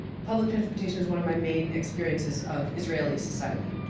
public transportation is one of my main experiences of israeli society.